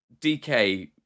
DK